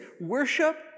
Worship